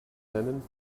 nennen